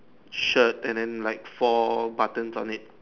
shirt and then like four buttons on it